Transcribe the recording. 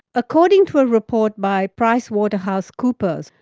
according to a report by pricewaterhousecoopers,